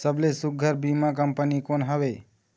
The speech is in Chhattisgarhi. सबले सुघ्घर बीमा कंपनी कोन हवे?